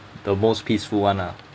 the most peaceful one lah